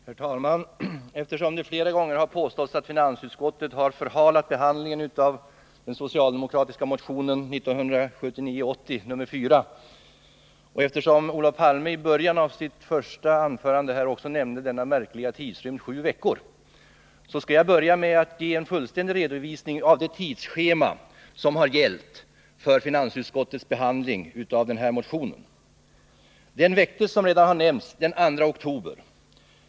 Herr talman! Eftersom det flera gånger har påståtts att finansutskottet förhalat behandlingen av den socialdemokratiska motionen 1979/80:4, och eftersom Olof Palme i början av sitt första anförande nämnde denna märkliga tidrymd på sju veckor skall jag börja med att ge en fullständig redovisning av det tidsschema som gällt för finansutskottets behandling av den här motionen. Motionen väcktes, som redan har nämnts, den 2 oktober.